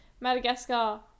Madagascar